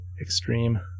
extreme